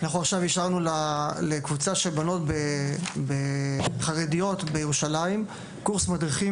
אנחנו אישרנו עכשיו לקבוצה של בנות חרדיות בירושלים קורס מדריכים